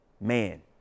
man